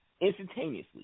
instantaneously